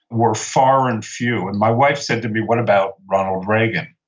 were far and few. and my wife said to me, what about ronald reagan?